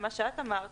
ממה שאת אמרת,